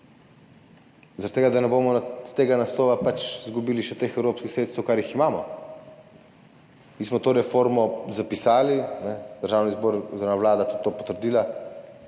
tega, da ne bomo iz tega naslova izgubili še teh evropskih sredstev, ki jih imamo. Mi smo to reformo zapisali, Državni zbor oziroma